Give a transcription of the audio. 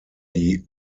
die